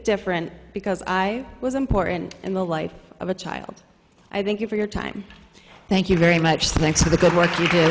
different because i was important in the life of a child i thank you for your time thank you very much thanks for the good work you do